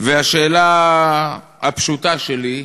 והשאלה הפשוטה שלי: